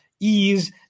ease